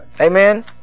Amen